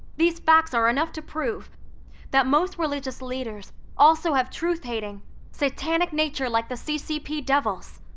these facts are enough to prove that most religious leaders also have truth-hating satanic nature like the ccp devils.